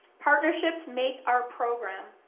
partnerships make our program.